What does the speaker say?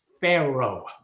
Pharaoh